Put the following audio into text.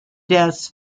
deaths